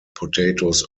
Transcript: potatoes